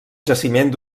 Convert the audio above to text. jaciment